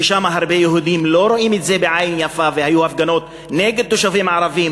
ושם הרבה יהודים לא רואים את זה בעין יפה והיו הפגנות נגד תושבים ערבים